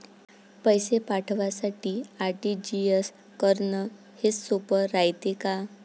पैसे पाठवासाठी आर.टी.जी.एस करन हेच सोप रायते का?